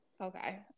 Okay